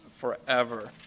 forever